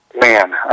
man